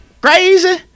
crazy